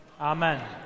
amen